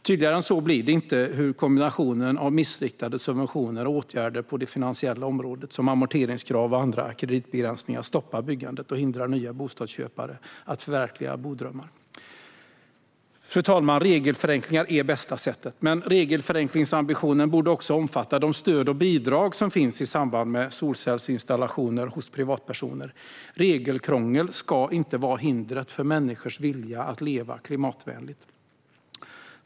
Tydligare än så blir det inte hur kombinationen av missriktade subventioner och åtgärder på det finansiella området, som amorteringskrav och andra kreditbegränsningar, stoppar byggandet och hindrar nya bostadsköpare att förverkliga sina bodrömmar. Regelförenklingar är det bästa sättet. Men regelförenklingsambitionen borde också omfatta de stöd och bidrag som finns i samband med solcellsinstallationer hos privatpersoner. Regelkrångel ska inte vara hindret för människors vilja att leva klimatvänligt.